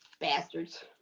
bastards